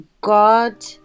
God